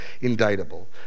indictable